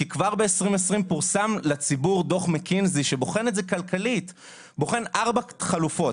כי כבר ב-2020 פורסם לציבור דו"ח מקינזי שבוחן כלכלית ארבעה חלופות,